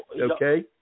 okay